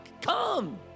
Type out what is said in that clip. come